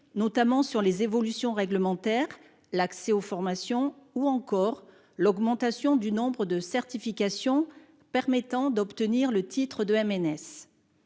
notamment sur les évolutions réglementaires, sur l'accès aux formations ou encore sur l'augmentation du nombre de certifications permettant d'obtenir le titre de MNS.